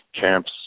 camps